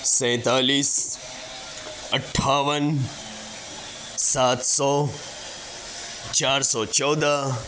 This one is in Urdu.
سینتالیس اٹھاون سات سو چار سو چودہ